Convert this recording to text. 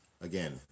again